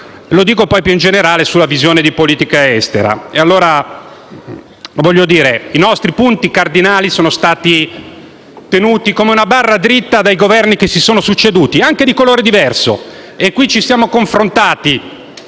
Dico ciò, più in generale, sulla visione di politica estera. Voglio dire che i nostri punti cardinali sono stati tenuti come una barra dritta dai Governi che si sono succeduti, anche di colore diverso. Qui ci siamo confrontati